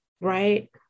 right